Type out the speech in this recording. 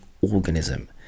organism